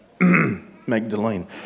Magdalene